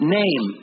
name